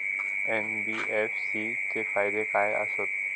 NBFC चे फायदे खाय आसत?